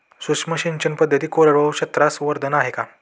सूक्ष्म सिंचन पद्धती कोरडवाहू क्षेत्रास वरदान आहे का?